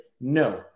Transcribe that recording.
no